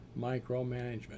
micromanagement